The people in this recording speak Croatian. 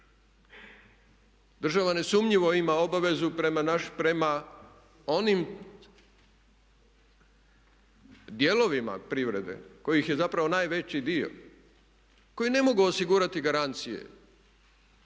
Država nesumnjivo ima obavezu prema onim dijelovima privrede kojih je zapravo najveći dio, koji ne mogu osigurati garancije